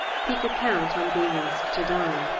he could count on being asked to dine,